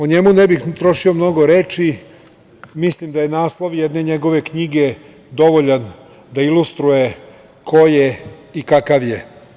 O njemu ne bih trošio mnogo reči, mislim da je naslov jedne njegove knjige dovoljan da ilustruje ko je i kakav je.